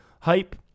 hype